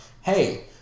Hey